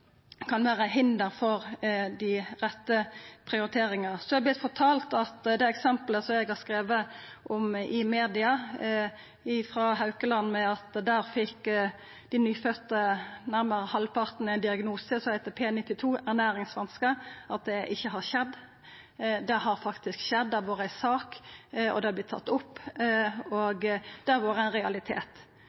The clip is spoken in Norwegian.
kan vera hinder for dei rette prioriteringane. Eg har vorte fortald at det eksemplet som eg har skrive om i media – eksemplet frå Haukeland sjukehus om at nærare halvparten av dei nyfødde fekk ein diagnose som heiter P92, ernæringsvanske – ikkje har skjedd. Det har faktisk skjedd, det har vore ei sak, det har vorte teke opp, og det har vore ein realitet.